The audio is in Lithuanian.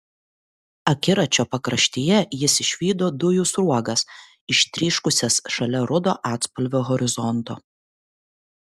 akiračio pakraštyje jis išvydo dujų sruogas ištryškusias šalia rudo atspalvio horizonto